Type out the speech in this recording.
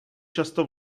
často